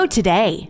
today